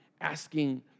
asking